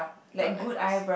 dark eyebrows